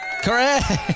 Correct